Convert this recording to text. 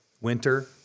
winter